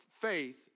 faith